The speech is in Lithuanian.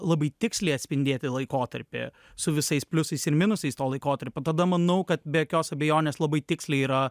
labai tiksliai atspindėti laikotarpį su visais pliusais ir minusais tuo laikotarpiu tada manau kad be jokios abejonės labai tiksliai yra